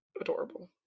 adorable